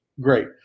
Great